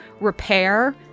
repair